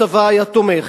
הצבא היה תומך,